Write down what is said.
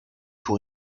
pour